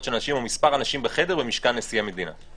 של אנשים ומספר אנשים בחדר במשכן נשיא המדינה.